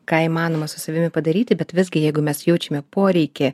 ką įmanoma su savimi padaryti bet visgi jeigu mes jaučiame poreikį